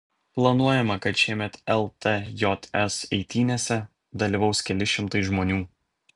planuojama kad šiemet ltjs eitynėse dalyvaus keli šimtai žmonių